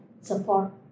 support